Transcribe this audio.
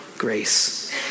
grace